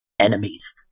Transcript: enemies